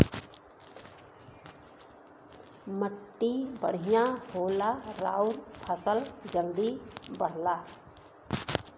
मट्टी बढ़िया होला आउर फसल जल्दी बढ़ला